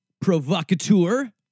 provocateur